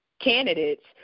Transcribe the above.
candidates